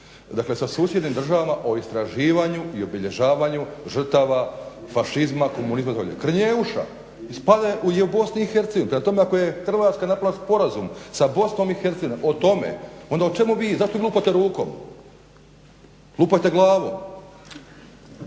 dakle sa susjednim državama o istraživanju i obilježavanju žrtava fašizma, komunizma itd. Krnjeuša spada u BiH prema tome ako je Hrvatska napravila sporazum sa BiH o tome onda o čemu vi, zašto lupate rukom? Lupajte glavom.